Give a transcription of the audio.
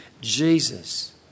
Jesus